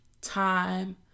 time